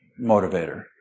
motivator